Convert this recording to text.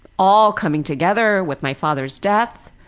all coming together with my father's death.